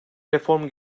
reform